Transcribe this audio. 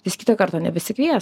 jis kitą kartą nebesikvies